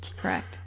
Correct